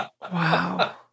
Wow